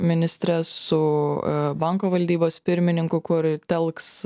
ministre su banko valdybos pirmininku kur telks